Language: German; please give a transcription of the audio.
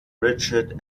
richard